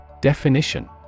Definition